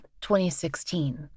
2016